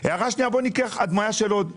בואו ניקח הדמיה של העיר לוד.